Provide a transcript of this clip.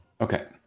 Okay